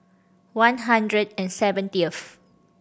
one hundred and seventieth